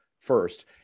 first